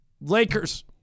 Lakers